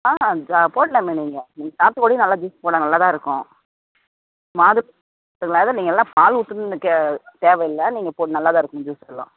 ஆ போடலாமே நீங்கள் நீங்கள் சாத்துக்கொடி நல்லா ஜூஸ் போடலாம் நல்லா தான் இருக்கும் மாதுளை எடுத்துக்கலாம் அதெல்லாம் நீங்கள் எல்லாம் பால் ஊத்தணும்னு தே தேவையில்ல நீங்கள் போடு நல்லாதான் இருக்கும் ஜூஸ் எல்லாம்